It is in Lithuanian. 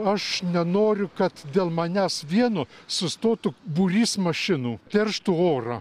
aš nenoriu kad dėl manęs vieno sustotų būrys mašinų terštų orą